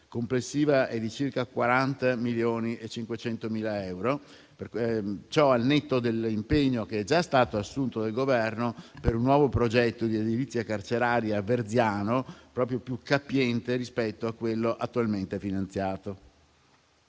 complessiva è di circa 40 milioni e 500.000 euro. Ciò al netto dell'impegno che è già stato assunto dal Governo per un nuovo progetto di edilizia carceraria a Verziano più capiente rispetto a quello attualmente finanziato.